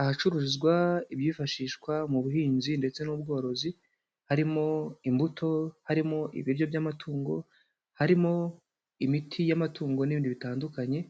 Ahacuruzwa ibyifashishwa mu buhinzi ndetse n'ubworozi, harimo imbuto, harimo ibiryo by'amatungo, harimo imiti y'amatungo n'ibindi bitandukanye,